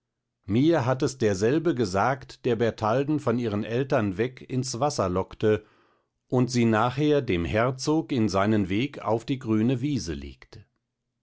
mir hat es derselbe gesagt der bertalden von ihren eltern weg ins wasser lockte und sie nachher dem herzog in seinen weg auf die grüne wiese legte